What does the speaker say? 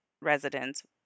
residents